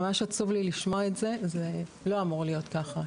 עצוב לי לשמוע את זה, זה לא אמור להיות כך.